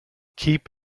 keep